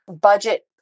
budget